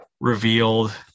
Revealed